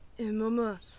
Mama